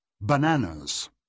Bananas